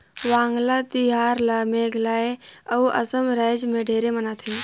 वांगला तिहार ल मेघालय अउ असम रायज मे ढेरे मनाथे